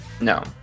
No